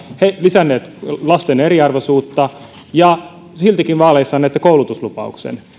lisänneet lasten eriarvoisuutta ja siltikin vaaleissa annoitte koulutuslupauksen